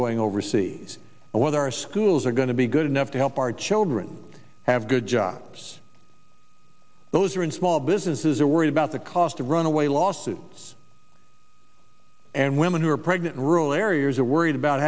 going overseas and what our schools are going to be good enough to help our children have good jobs those are in small businesses are worried about the cost of runaway lawsuits and women who are pregnant rural areas are worried about